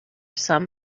some